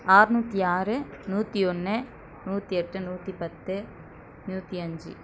அறுநூத்தி ஆறு நூற்றி ஒன்று நூற்றி எட்டு நூற்றி பத்து நூற்றி அஞ்சு